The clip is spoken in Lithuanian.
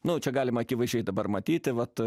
nu čia galima akivaizdžiai dabar matyti vat